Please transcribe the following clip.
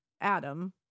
Adam